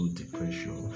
depression